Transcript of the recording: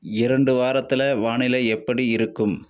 இரண்டு வாரத்தில் வானிலை எப்படி இருக்கும்